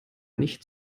nicht